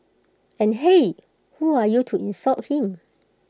and hey who are you to insult him